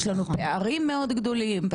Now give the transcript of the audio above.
יש לנו פערים מאוד גדולים,